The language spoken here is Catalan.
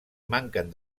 manquen